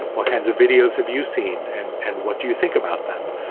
what kinds of videos have you seen? and and what do you think about them?